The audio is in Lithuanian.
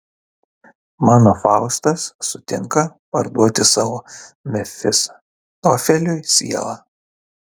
mano faustas sutinka parduoti savo mefistofeliui sielą